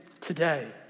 today